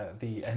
the and